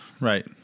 Right